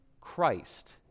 Christ